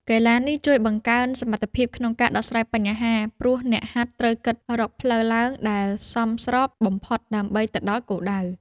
កីឡានេះជួយបង្កើនសមត្ថភាពក្នុងការដោះស្រាយបញ្ហា ព្រោះអ្នកហាត់ត្រូវគិតរកផ្លូវឡើងដែលសមស្របបំផុតដើម្បីទៅដល់គោលដៅ។